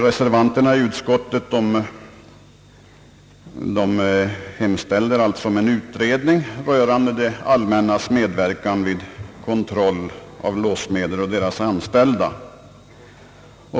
Reservanterna i utskottet hemställer om en utredning rörande det allmännas medverkan vid kontroll av låssmeder och deras anställda.